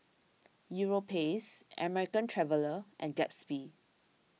Europace American Traveller and Gatsby